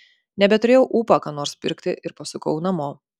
nebeturėjau ūpo ką nors pirkti ir pasukau namo